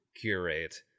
curate